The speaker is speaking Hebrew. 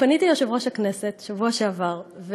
פניתי ליושב-ראש הכנסת בשבוע שעבר.